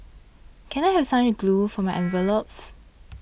can I have some glue for my envelopes